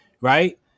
right